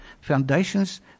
foundations